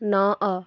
ନଅ